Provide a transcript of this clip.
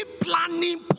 planning